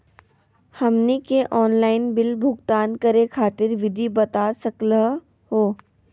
हमनी के online bill भुगतान करे खातीर विधि बता सकलघ हो?